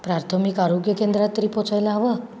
प्राथमिक आरोग्य केंद्रात तरी पोहचायला हवं